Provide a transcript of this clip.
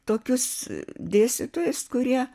tokius dėstytojus kurie